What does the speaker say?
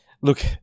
Look